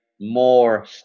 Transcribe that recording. more